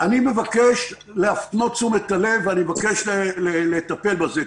אני מבקש להפנות את תשומת הלב ואני מבקש לטפל בזה.